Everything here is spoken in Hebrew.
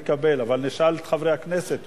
נקבל מה שתציע, אבל נשאל את חברי הכנסת.